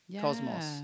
cosmos